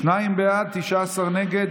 שניים בעד, 19 נגד.